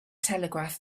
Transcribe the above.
telegraph